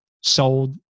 sold